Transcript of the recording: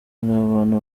abantu